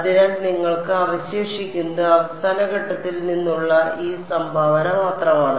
അതിനാൽ നിങ്ങൾക്ക് അവശേഷിക്കുന്നത് അവസാന ഘട്ടത്തിൽ നിന്നുള്ള ഈ സംഭാവന മാത്രമാണ്